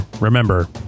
remember